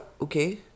okay